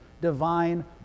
divine